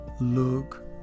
look